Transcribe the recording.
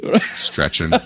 Stretching